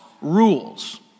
rules